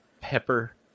pepper